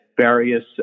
various